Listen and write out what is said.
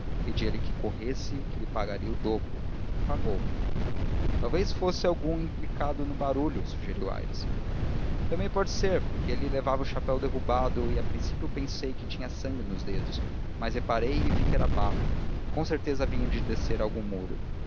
falar pedia-lhe que corresse que lhe pagaria o dobro e pagou talvez fosse algum implicado no barulho sugeriu aires também pode ser porque ele levava o chapéu derrubado e a princípio pensei que tinha sangue nos dedos mas reparei e vi que era barro com certeza vinha de descer algum muro